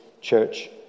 church